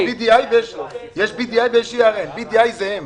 יש BDI ויש ERN. BDI זה הם.